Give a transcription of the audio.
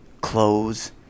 clothes